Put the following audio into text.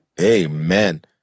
Amen